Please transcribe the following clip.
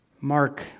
Mark